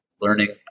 learning